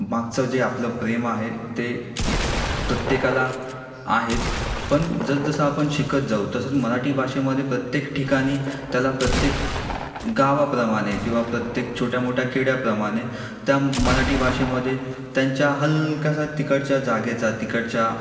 मागचं जे आपलं प्रेम आहे ते प्रत्येकाला आहेच पण जसजसं आपण शिकत जाऊ तसंच मराठी भाषेमध्ये प्रत्येक ठिकाणी त्याला प्रत्येक गावाप्रमाणे किंवा प्रत्येक छोट्यामोठ्या खेड्याप्रमाणे त्या मराठी भाषेमध्ये त्यांच्या हलक्याशा तिकडच्या जागेचा तिकडच्या